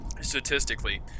statistically